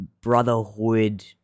Brotherhood